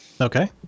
okay